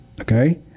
Okay